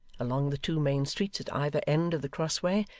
along the two main streets at either end of the cross-way,